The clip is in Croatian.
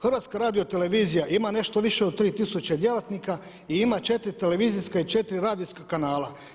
Hrvatska radiotelevizija ima nešto više od 3000 djelatnika i ima 4 televizijska i 4 radijska kanala.